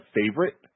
favorite